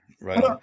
Right